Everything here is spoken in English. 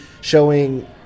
showing